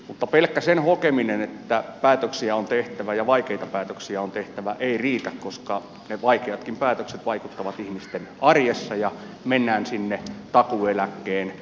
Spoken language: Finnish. mutta pelkkä sen hokeminen että päätöksiä on tehtävä ja vaikeita päätöksiä on tehtävä ei riitä koska ne vaikeatkin päätökset vaikuttavat ihmisten arjessa kun mennään sinne takuueläkkeen kansaneläkkeen saajan tasolle